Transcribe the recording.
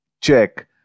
check